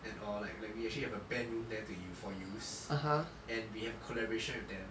and all like like we actually have a band room there to you for use and we have collaboration with them